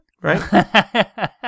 right